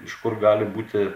iš kur gali būti